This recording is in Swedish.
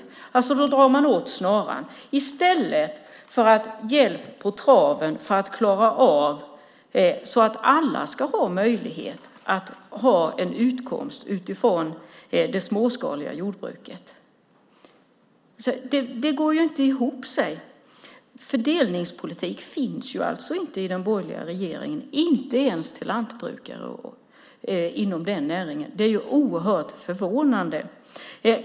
Man drar åt snaran i stället för att ge hjälp på traven så att alla kan få sin utkomst från det småskaliga jordbruket. Det går inte ihop. Fördelningspolitik finns alltså inte i den borgerliga regeringen, inte ens för lantbrukare. Det är oerhört förvånande.